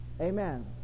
Amen